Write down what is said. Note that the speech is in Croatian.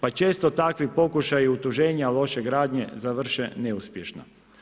Pa često takvi pokušaji utužena loše gradnje završe neuspješno.